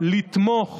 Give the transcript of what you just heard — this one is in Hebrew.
לתמוך